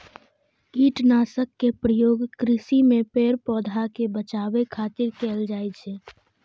कीटनाशक के प्रयोग कृषि मे पेड़, पौधा कें बचाबै खातिर कैल जाइ छै